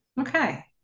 Okay